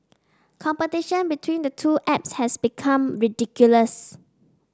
competition between the two apps has become ridiculous